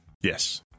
Yes